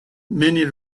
many